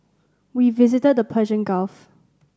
we visited the Persian Gulf